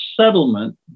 settlement